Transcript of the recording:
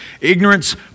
Ignorance